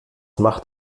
macht